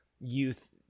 youth